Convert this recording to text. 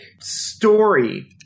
story